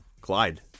Clyde